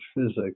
physics